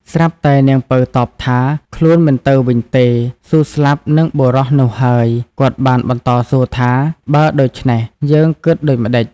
ស្រាប់តែនាងពៅតបថា ខ្លួនមិនទៅវិញទេ ស៊ូស្លាប់នឹងបុរសនោះហើយ គាត់បានបន្តសួរថា បើដូច្នេះ យើងគិតដូចម្ដេច។